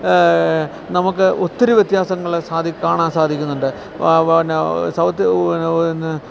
നമുക്ക് ഒത്തിരി വ്യത്യാസങ്ങള് കാണാൻ സാധിക്കുന്നുണ്ട് പിന്നെ